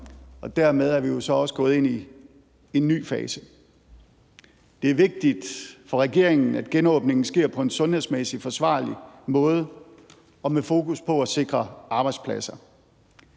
og dermed er vi jo så også gået ind i en ny fase. Det er vigtigt for regeringen, at genåbningen sker på en sundhedsmæssigt forsvarlig måde og med fokus på at sikre arbejdspladser.